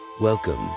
Welcome